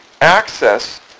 access